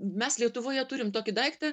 mes lietuvoje turim tokį daiktą